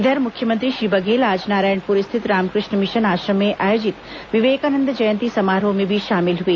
इधर मुख्यमंत्री श्री बघेल आज नारायणपुर स्थित रामकृष्ण मिशन आश्रम में आयोजित विवेकानंद जयंती समारोह में भी शामिल हुए